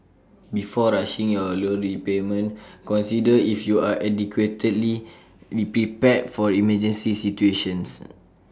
before rushing your loan repayment consider if you are adequately prepared for emergency situations